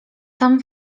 tam